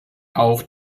auch